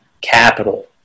capital